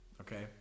Okay